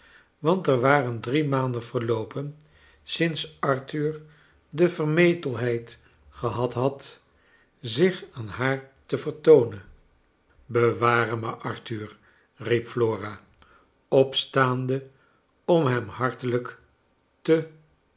want er war en drie maanden verloopen sinds arthur de vermetelheid gehad had zich aan haar te vertoonen beware me arthur riep flora opstaande om hem hartelijk te